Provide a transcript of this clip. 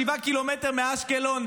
שבעה קילומטר מאשקלון,